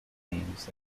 games